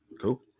Cool